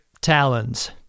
talons